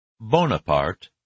Bonaparte